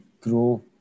grow